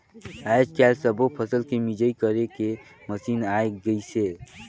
आयज कायल सब्बो फसल के मिंजई करे के मसीन आये गइसे